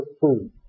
food